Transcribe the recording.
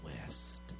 west